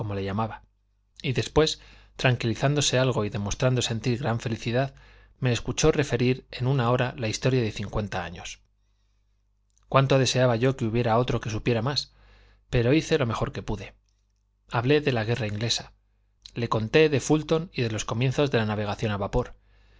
le llamaba y después tranquilizándose algo y demostrando sentir gran felicidad me escuchó referir en una hora la historia de cincuenta años cuánto deseaba yo que hubiera otro que supiera más pero hice lo mejor que pude hablé de la guerra inglesa le conté de fulton y de los comienzos de la navegación a vapor